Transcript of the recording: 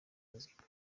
muzika